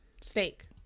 Steak